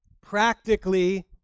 practically